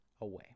away